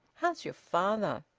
how's your father?